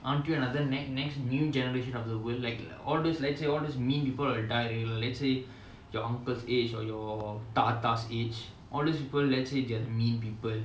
until another next next new generation of the world like all those let's say all those mean people died already let's say your uncle's age or your தாத்தா:thaatha age all those people let's say are mean people